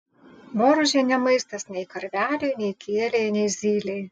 boružė ne maistas nei karveliui nei kielei nei zylei